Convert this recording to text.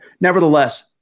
nevertheless